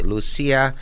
Lucia